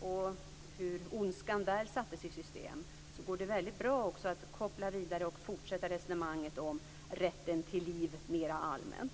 och hur ondskan i det sammanhanget sattes i system, går väldigt bra att koppla vidare och att mera allmänt fortsätta resonemanget om rätten till liv.